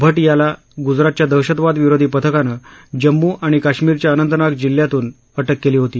भट याला गुजरातघ्या दहशतवादविरोधी पथकानं जम्मू आणि काश्मीरच्या अनंतनाग जिल्ह्यातून अटक केली होती